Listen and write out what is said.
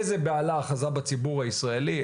איזו בהלה אחזה בציבור הישראלי.